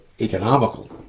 economical